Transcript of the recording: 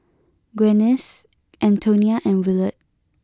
Gwyneth Antonia and Willard